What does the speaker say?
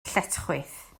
lletchwith